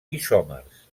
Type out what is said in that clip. isòmers